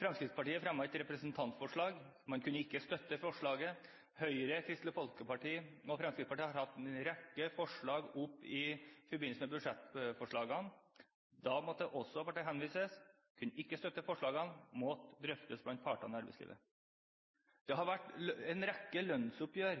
Fremskrittspartiet fremmet et representantforslag. Man kunne ikke støtte forslaget. Høyre, Kristelig Folkeparti og Fremskrittspartiet har hatt en rekke forslag oppe i forbindelse med budsjettforslagene. Da ble det også henvist til at en ikke kunne støtte forslagene. De måtte drøftes av partene i arbeidslivet. Det har vært en rekke lønnsoppgjør